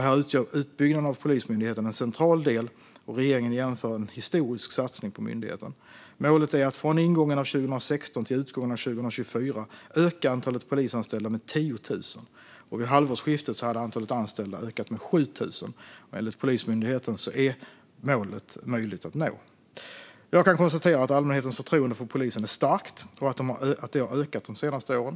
Här utgör utbyggnaden av Polismyndigheten en central del, och regeringen genomför en historisk satsning på myndigheten. Målet är att från ingången av 2016 till utgången av 2024 öka antalet polisanställda med 10 000, och vid halvårsskiftet hade antalet anställda ökat med 7 000. Enligt Polismyndigheten är målet möjligt att nå. Jag kan konstatera att allmänhetens förtroende för polisen är starkt och att det har ökat de senaste åren.